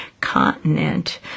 continent